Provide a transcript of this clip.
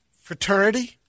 fraternity